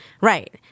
Right